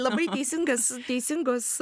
labai teisingas teisingos